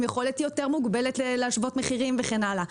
יכולת יותר מוגבלת להשוות מחירים וכן הלאה.